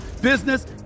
business